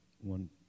one